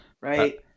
right